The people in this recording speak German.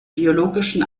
biologischen